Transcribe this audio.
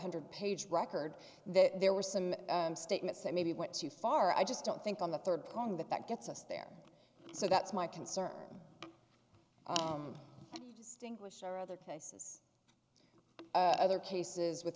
hundred page record that there were some statements that maybe went too far i just don't think on the third prong that that gets us there so that's my concern distinguish are other cases other cases with